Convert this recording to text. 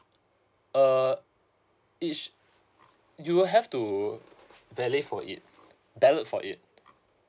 err each you'll have to valid for it ballot for it